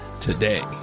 today